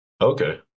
Okay